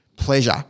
pleasure